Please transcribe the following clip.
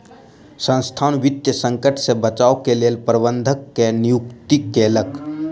संसथान वित्तीय संकट से बचाव के लेल प्रबंधक के नियुक्ति केलक